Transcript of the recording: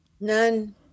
None